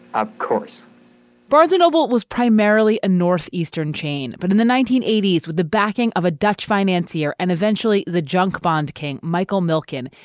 of course barnes noble was primarily a north eastern chain. but in the nineteen eighty s, with the backing of a dutch financier and eventually the junk bond king, michael milken,